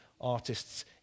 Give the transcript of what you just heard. artist's